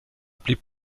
blieb